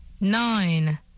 nine